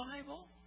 bible